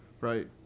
Right